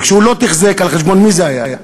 וכשהוא לא תחזק, אז על חשבון מי זה היה?